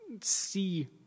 see